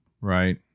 Right